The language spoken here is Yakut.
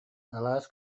алаас